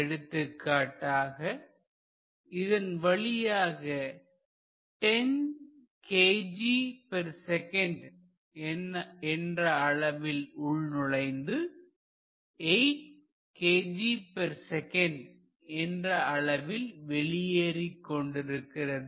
எடுத்துக்காட்டாக இதன் வழியாக 10 kgsec என்ற அளவில் உள்நுழைந்து 8 kgsec என்ற அளவில் வெளியேறிக் கொண்டிருக்கிறது